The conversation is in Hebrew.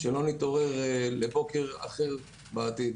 כדי שלא נתעורר לבוקר אחר בעתיד.